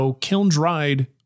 kiln-dried